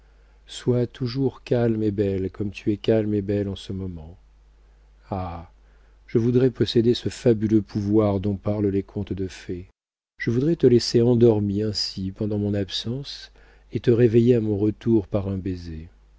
sois toujours calme et belle comme tu es calme et belle en ce moment ah je voudrais posséder ce fabuleux pouvoir dont parlent les contes de fées je voudrais te laisser endormie ainsi pendant mon absence et te réveiller à mon retour par un baiser